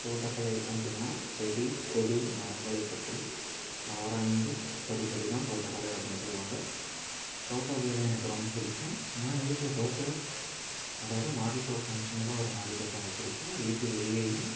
தோட்டக்கலை அப்படின்னா செடி கொடி மரங்களை பற்றி ஆராய்ந்து படிப்பதுதான் தோட்டக்கலை அப்படினு சொல்வாங்க தோட்ட வேலை எனக்கு ரொம்ப பிடிக்கும் என் வீட்டில் தோட்ட அதாவது மாடித்தோட்டம் சின்னதாக ஒரு மாடித்தோட்டம் வச்சுருக்கேன் வீட்டு வெளியேயும்